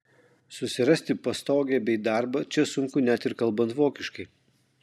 susirasti pastogę bei darbą čia sunku net ir kalbant vokiškai